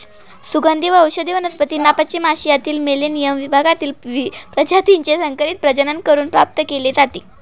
सुगंधी व औषधी वनस्पतींना पश्चिम आशियातील मेलेनियम विभागातील प्रजातीचे संकरित प्रजनन करून प्राप्त केले जाते